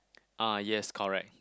ah yes correct